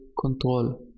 control